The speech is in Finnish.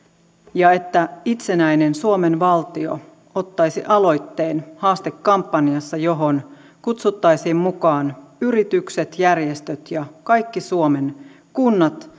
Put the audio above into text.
ja että itsenäinen suomen valtio ottaisi aloitteen haastekampanjassa johon kutsuttaisiin mukaan yritykset järjestöt ja kaikki suomen kunnat